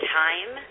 time